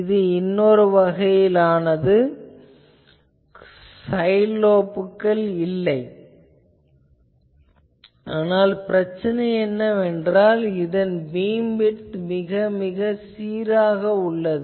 இது இன்னொரு வகை சைட் லோப்கள் இல்லை ஆனால் பிரச்சனை என்னவென்றால் இதன் பீம்விட்த் மிக மிக சீராக உள்ளது